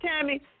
tammy